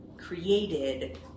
created